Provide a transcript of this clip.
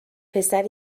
پسر